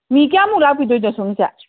ꯃꯤ ꯀꯌꯥꯝꯃꯨꯛ ꯂꯥꯛꯄꯤꯗꯣꯏꯅꯣ ꯁꯣꯝꯒꯤꯁꯦ